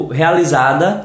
realizada